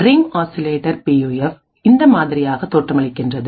ring oscillator பியூஎஃப் இந்த மாதிரியாக தோற்றமளிக்கின்றது